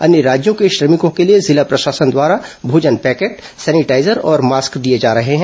अन्य राज्यों के श्रमिकों के लिए जिला प्रशासन द्वारा भोजन पैकेट सेनिटाईजर और मास्क दिए जा रहे हैं